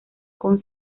con